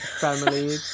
family